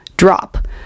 drop